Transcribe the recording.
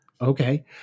okay